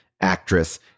actress